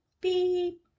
beep